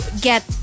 get